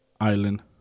Island